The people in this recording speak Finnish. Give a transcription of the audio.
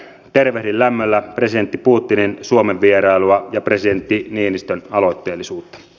tervehdin lämmöllä presidentti putinin suomen vierailua ja presidentti niinistön aloitteellisuutta